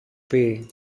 πει